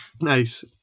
nice